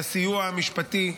לסיוע המשפטי,